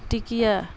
ٹکیہ